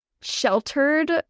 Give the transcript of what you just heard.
sheltered